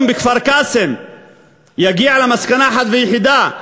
בכפר-קאסם יגיע למסקנה אחת ויחידה: